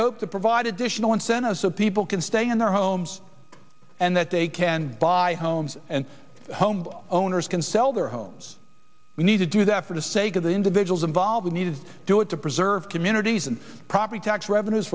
hope to provide additional incentives so people can stay in their homes and that they can buy homes and the home owners can sell their homes we need to do that for the sake of the individuals involved need to do it to preserve communities and property tax revenues